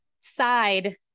side